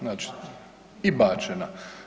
Znači i bačena.